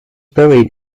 buried